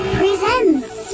presents